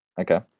Okay